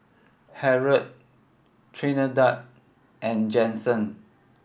Harold Trinidad and Jensen